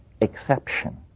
exception